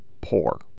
poor